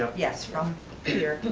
ah yes, from here,